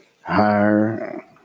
Higher